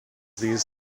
these